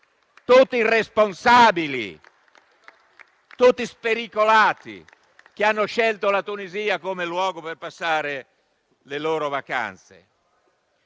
tutti irresponsabili, tutti spericolati, che hanno scelto la Tunisia come luogo per passare le loro vacanze.